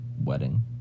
wedding